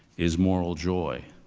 is moral joy,